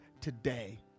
today